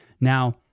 now